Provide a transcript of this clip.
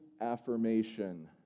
affirmation